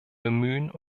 bemühen